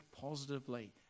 positively